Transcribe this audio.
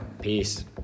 Peace